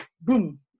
boom